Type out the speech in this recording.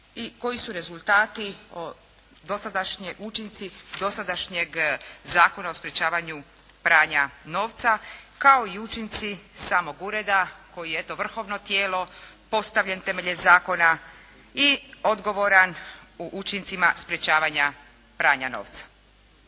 i koji su rezultati, dosadašnji učinci dosadašnjeg Zakona o sprječavanju pranja novca kao i učinci samog ureda koji je eto vrhovno tijelo, postavljen temeljem zakona i odgovoran u učincima sprječavanja pranja novca.